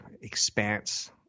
expanse